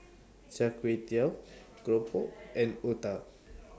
Char Kway Teow Keropok and Otah